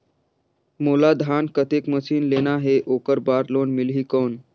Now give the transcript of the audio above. मोला धान कतेक मशीन लेना हे ओकर बार लोन मिलही कौन?